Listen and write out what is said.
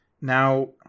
Now